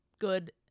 good